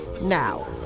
Now